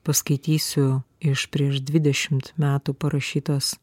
paskaitysiu iš prieš dvidešimt metų parašytos